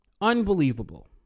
Unbelievable